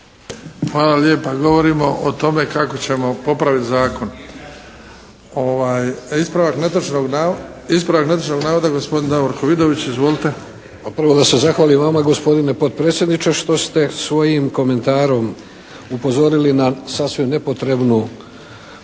Hvala lijepa. Govorimo o tome kako ćemo popraviti zakon. Ispravak netočnog navoda, gospodin Davorko Vidović. Izvolite. **Vidović, Davorko (SDP)** Prvo da se zahvalim vama gospodine potpredsjedniče što ste svojim komentarom upozorili na sasvim nepotrebno